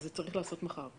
אז זה צריך להיעשות מחר.